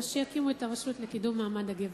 אז שיקימו את הרשות לקידום מעמד הגבר.